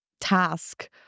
task